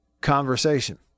conversation